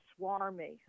Swarmy